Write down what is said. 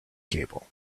cable